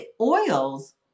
Oils